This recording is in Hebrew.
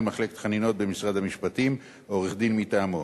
מחלקת החנינות במשרד המשפטים או עורך-דין מטעמו.